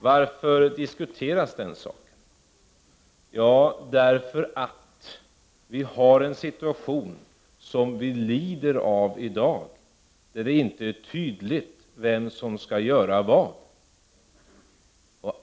Varför diskuteras den saken? Jo, därför att vi har en situation som vi lider av i dag: Det är inte tydligt vem som skall göra vad.